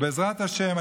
בעזרת השם,